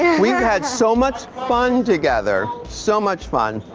and we've had so much fun together, so much fun.